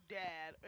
dad